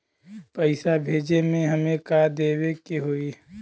पैसा भेजे में हमे का का देवे के होई?